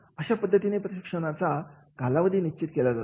अशा पद्धतीने प्रशिक्षणाचा कालावधी निश्चित केला जातो